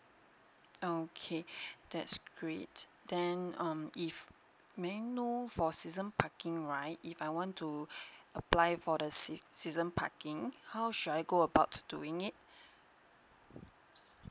okay that's great then um if may I know for season parking right if I want to apply for the sea~ season parking how should I go about to doing it